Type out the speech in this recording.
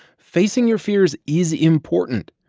facing your fears is important.